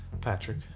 Patrick